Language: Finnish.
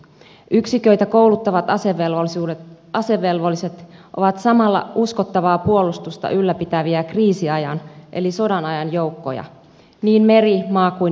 yksiköitä kouluttavat asevelvolliset ovat samalla uskottavaa puolustusta ylläpitäviä kriisiajan eli sodan ajan joukkoja niin meri maa kuin ilmavoimissakin